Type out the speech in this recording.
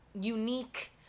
unique